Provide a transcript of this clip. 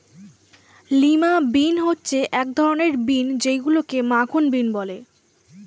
lima bean হচ্ছে এক ধরনের বিন যেইগুলোকে মাখন বিন বলে